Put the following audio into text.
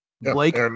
Blake